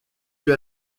puis